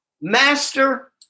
master